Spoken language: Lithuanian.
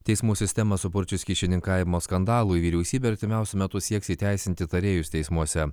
teismų sistemą supurčius kyšininkavimo skandalui vyriausybė artimiausiu metu sieks įteisinti tarėjus teismuose